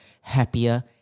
happier